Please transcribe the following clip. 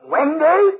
Wendy